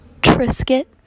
Triscuit